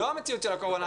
לא המציאות של הקורונה,